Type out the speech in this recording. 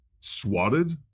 swatted